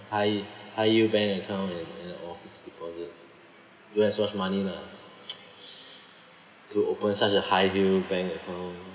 high high yield bank account and and or fixed deposit don't have so much money lah to open such a high yield bank account